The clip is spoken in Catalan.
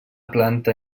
planta